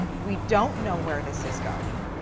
we don't know where this is going.